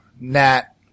Nat